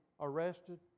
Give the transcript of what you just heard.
arrested